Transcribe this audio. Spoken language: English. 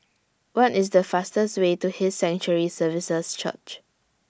What IS The fastest Way to His Sanctuary Services Church